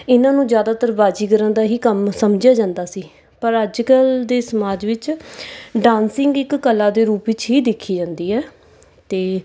ਇਹਨਾਂ ਨੂੰ ਜ਼ਿਆਦਾਤਰ ਬਾਜੀਗਰਾਂ ਦਾ ਹੀ ਕੰਮ ਸਮਝਿਆ ਜਾਂਦਾ ਸੀ ਪਰ ਅੱਜ ਕੱਲ੍ਹ ਦੇ ਸਮਾਜ ਵਿਚ ਡਾਂਸਿੰਗ ਇੱਕ ਕਲਾ ਦੇ ਰੂਪ ਵਿਚ ਹੀ ਦੇਖੀ ਜਾਂਦੀ ਹੈ ਅਤੇ